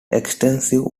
extensive